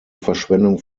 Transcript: verschwendung